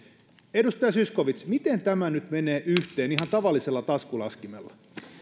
edustaja zyskowicz miten tämä nyt menee yhteen ihan tavallisella taskulaskimella